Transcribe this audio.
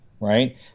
right